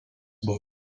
buvo